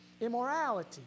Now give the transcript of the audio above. immorality